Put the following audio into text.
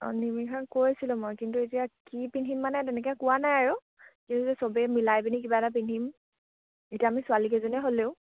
অঁ নিমিষা কৈছিলোঁ মই কিন্তু এতিয়া কি পিন্ধিম মানে তেনেকে কোৱা নাই আৰু কিন্তু চবেই মিলাই পিনি কিবা এটা পিন্ধিম এতিয়া আমি ছোৱালীকেইজনীয়ে হ'লেও